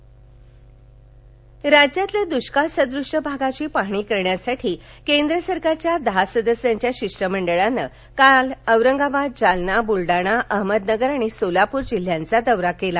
दृष्काळपाहणी पथक राज्यातल्या दृष्काळ सदृश भागाची पाहणी करण्यासाठी केंद्र सरकारच्या दहा सदस्यांच्या शिष्टमंडळानं काल औरंगाबाद जालना बुलडाणा अहमदनगर आणि सोलापूर जिल्ह्यांचा दौरा केला